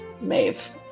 Maeve